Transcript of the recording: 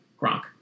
Gronk